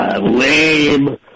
lame